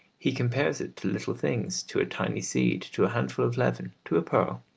he compares it to little things, to a tiny seed, to a handful of leaven, to a pearl.